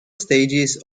stages